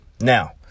Now